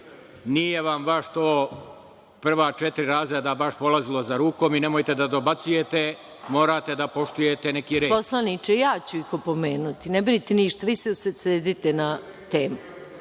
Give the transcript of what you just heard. nije vam baš to, prva četiri razreda baš polazilo za rukom i nemojte da dobacujete, morate da poštujete neki red. **Maja Gojković** Poslaniče, ja ću ih opomenuti. Ne brinite ništa. Vi se usredsredite na temu.